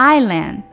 Island